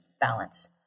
balance